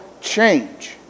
change